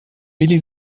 willi